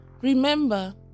Remember